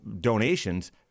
donations